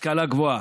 השכלה גבוהה,